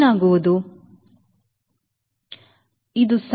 ಏನಾಗುವುದೆಂದು